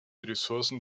ressourcen